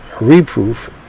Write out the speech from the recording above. reproof